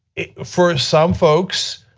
for some folks,